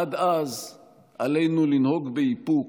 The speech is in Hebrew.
עד אז עלינו לנהוג באיפוק,